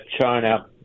China